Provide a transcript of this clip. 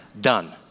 Done